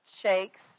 shakes